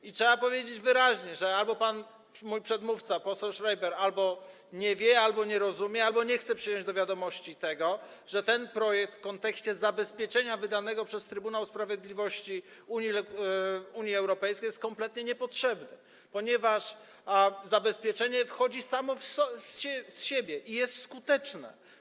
I trzeba powiedzieć wyraźnie, że albo mój przedmówca, pan poseł Schreiber, nie wie, albo nie rozumie, albo nie chce przyjąć do wiadomości tego, że ten projekt w kontekście zabezpieczenia wydanego przez Trybunał Sprawiedliwości Unii Europejskiej jest kompletnie niepotrzebny, ponieważ zabezpieczenie wchodzi samo z siebie i jest skuteczne.